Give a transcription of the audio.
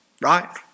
right